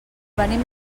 venim